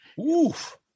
Oof